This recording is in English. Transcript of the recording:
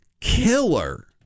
killer